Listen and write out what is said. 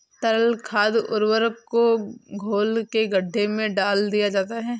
तरल खाद उर्वरक को घोल के गड्ढे में डाल दिया जाता है